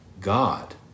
God